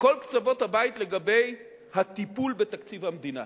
מכל קצוות הבית, לגבי הטיפול בתקציב המדינה.